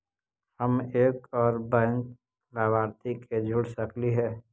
हम एक और बैंक लाभार्थी के जोड़ सकली हे?